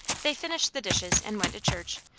they finished the dishes and went to church,